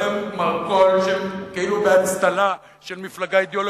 אתם מרכול, כאילו באצטלה של מפלגה אידיאולוגית.